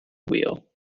wheel